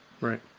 Right